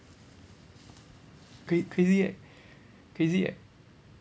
cra~ crazy right crazy right